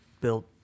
built